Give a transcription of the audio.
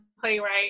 playwright